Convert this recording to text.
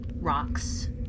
rocks